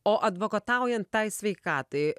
o advokataujant tai sveikatai